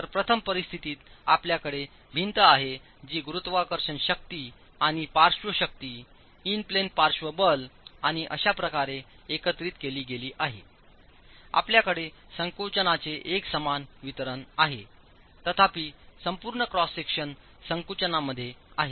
तर प्रथम परिस्थितीत आपल्याकडे भिंत आहे जी गुरुत्वाकर्षण शक्ती आणि पार्श्व शक्ती इन प्लेन पार्श्व बल आणि अशा प्रकारे एकत्रित केली गेली आहे आपल्याकडे संकुचनाचे एकसमानवितरण आहेतथापि संपूर्ण क्रॉस सेक्शन संकुचनामध्ये आहे